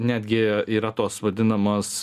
netgi yra tos vadinamos